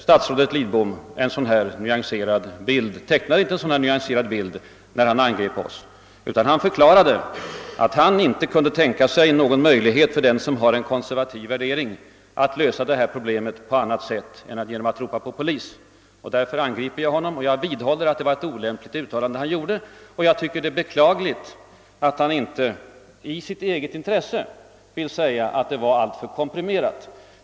Statsrådet Lidbom tecknade emellertid inte en så nyanserad bild, när han angrep oss och i stort sett förklarade att han inte kunde tänka sig någon möjlighet för den som har en konservativ värdering att lösa problemet på annat sätt än genom att »ropa på polis«. Det var därför jag kritiserade honom. Jag vidhåller att han gjorde ett olämpligt uttalande. Det är beklagligt att han inte i sitt eget intresse vill erkänna att uttalandet var alltför tillspetsat och komprimerat.